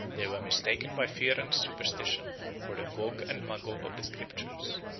they were mistaken by fear and superstition for the gog and magog of the scriptures,